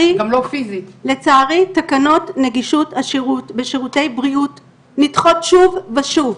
לצערי תקנות הנגישות בשירותי בריאות נדחות שוב ושוב.